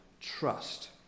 trust